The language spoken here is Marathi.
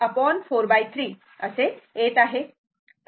म्हणून हे ⅓ 43 असे येत आहे